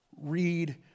Read